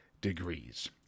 degrees